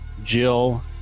Jill